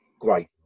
great